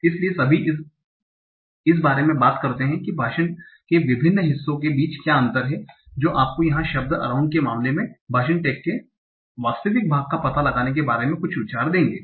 इसलिए सभी इस बारे में बात करते हैं कि भाषण के विभिन्न हिस्सों के बीच क्या अंतर हैं जो आपको यहा शब्द अराउंड के मामले में भाषण टैग के वास्तविक भाग का पता लगाने के बारे में कुछ विचार देंगे